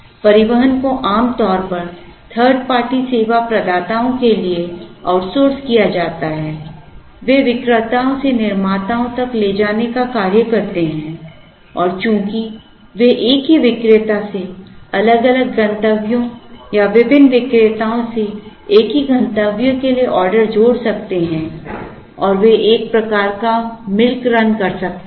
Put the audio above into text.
परिवहन को आमतौर पर 3rd पार्टी सेवा प्रदाताओं के लिए आउटसोर्स किया जाता है वे विक्रेताओं से निर्माताओं तक ले जाने का कार्य करते हैं और चूंकि वे एक ही विक्रेता से अलग अलग गंतव्यों या विभिन्न विक्रेताओं से एक ही गंतव्य के लिए ऑर्डर जोड़ सकते हैं और वे एक प्रकार का मिल्क रन कर सकते हैं